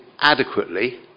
adequately